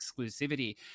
exclusivity